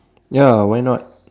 ya why not